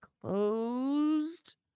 closed